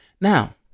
Now